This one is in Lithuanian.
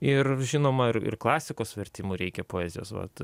ir žinoma ir ir klasikos vertimų reikia poezijos vat